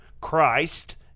Christ